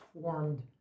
formed